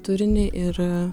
turinį ir